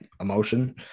emotion